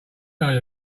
knows